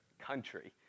country